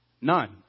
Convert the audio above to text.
None